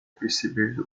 perceber